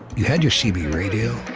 you had your cb radio,